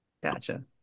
gotcha